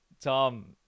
Tom